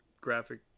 graphic